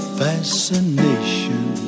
fascination